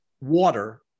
water